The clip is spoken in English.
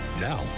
Now